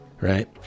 right